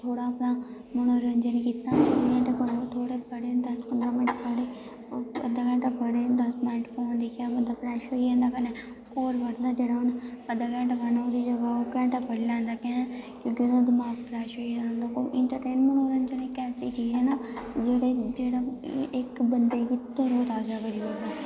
थोह्ड़ा अपना मनोरंजन कीता थोह्ड़ा पढ़े दस पंदरां मैंट्ट पढ़े अद्धा घैंटा पढ़े दस मिंट्ट फोन दिक्खेआ बंदा फ्रैश होई जंदा कन्नै होर बर्डन ऐ जेह्ड़ा अद्धा घैंटा पढ़ना होऐ ओह्दी जगह् ओह् घैंटा पढ़ी लैंदा कैंह् क्योंकि ओह्दा दमाक फ्रैश होई जंदा ओह् इंट्रटेनमैंट मनोरंजन इक ऐसी चीज़ ऐ ना जेह्ड़े जेह्ड़ा इक बंदे गी तरोताजा करी ओड़दा